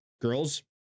Girls